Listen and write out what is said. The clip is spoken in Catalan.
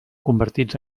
convertits